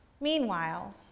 Meanwhile